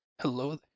Hello